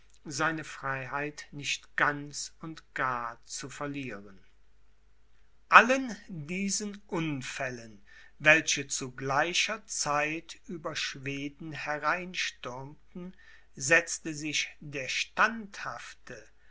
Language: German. seine freiheit nicht ganz und gar zu verlieren allen diesen unfällen welche zu gleicher zeit über schweden hereinstürmten setzte sich der standhafte